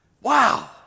Wow